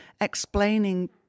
explaining